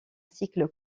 cycle